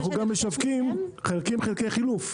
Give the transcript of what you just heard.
אנחנו גם משווקים חלקים חלקי חילוף,